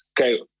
Okay